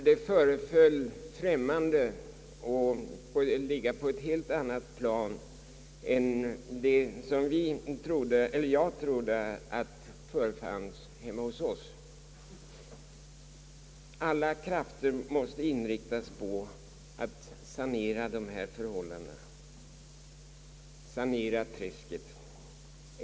Det föreföll mig främmande och tycktes ligga på ett helt annat plan än vad jag trodde var fallet hemma hos oss. Nu tycks vi närma oss liknande förhållanden som där beskrevs. Alla krafter måste inriktas på att sanera dessa förhållanden — att sanera träsket.